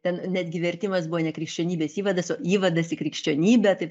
ten netgi vertimas buvo ne krikščionybės įvadas o įvadas į krikščionybę tai